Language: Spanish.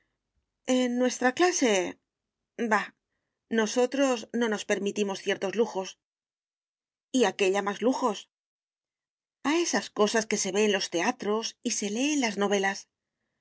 en nuestra clase bah nosotros no nos permitimos ciertos lujos y a qué llamas lujos a esas cosas que se ve en los teatros y se lee en las novelas